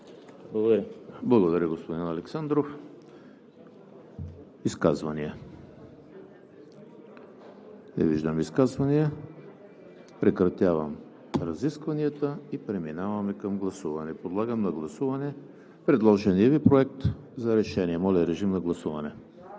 Благодаря, господин Александров. Изказвания? Не виждам. Прекратявам разискванията. Преминаваме към гласуване. Подлагам на гласуване предложения Ви проект за решение. Гласували